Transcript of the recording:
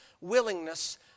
willingness